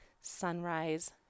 sunrise